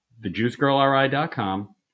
thejuicegirlri.com